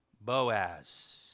Boaz